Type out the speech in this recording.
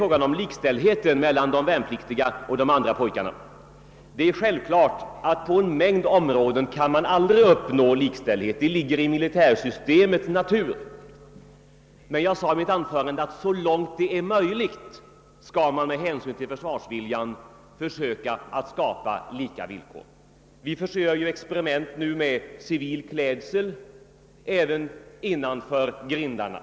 frågan om likställdheten mellan de värnpliktiga och andra ungdomar. På en mängd områden kan man inte uppnå likställdhet för de värnpliktiga; det ligger i militärsystemets natur. Men jag sade i mitt anförande att man med hänsyn till försvarsviljan så långt det är möjligt bör skapa lika villkor. Det görs för närvarande bl.a. experiment med civil klädsel även innanför kaserngrindarna.